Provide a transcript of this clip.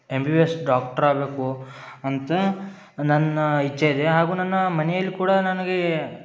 M B B S doctor ಆಗಬೇಕು ಅಂತ ನನ್ನ ಇಚ್ಛೆಯಿದೆ ಹಾಗು ನನ್ನ ಮನೆಯಲ್ಲಿ ಕೂಡ ನನಗೆ